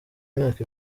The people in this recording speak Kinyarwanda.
imyaka